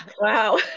Wow